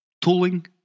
tooling